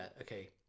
okay